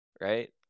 right